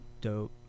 dope